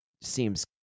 seems